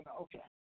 Okay